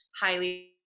highly